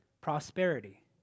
prosperity